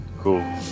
Cool